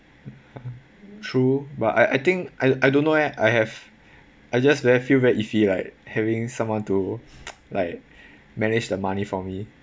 true but I I think I I don't know eh I have I just very feel very iffy like having someone to like manage the money for me